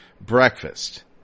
breakfast